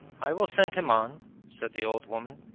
i will send him on said the old woman.